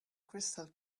crystal